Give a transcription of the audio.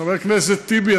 חבר הכנסת טיבי,